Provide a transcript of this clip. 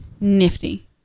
Nifty